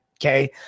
okay